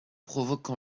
provoque